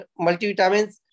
multivitamins